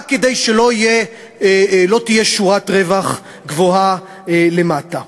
רק כדי שלא תהיה שורת רווח גבוהה למטה.